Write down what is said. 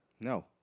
No